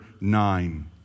nine